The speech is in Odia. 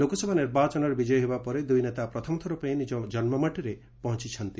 ଲୋକସଭା ନିର୍ବାଚନରେ ବିଜୟୀ ହେବା ପରେ ଦୂଇ ନେତା ପ୍ରଥମ ଥରପାଇଁ ନିଜ କନ୍ନୁମାଟିରେ ପହଞ୍ଚୁଛନ୍ତି